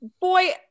boy